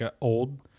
old